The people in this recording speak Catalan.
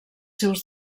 seus